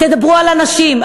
תדברו על אנשים.